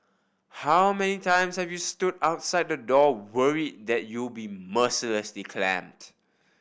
how many times have you stood outside the door worried that you'll be mercilessly clamped